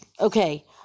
Okay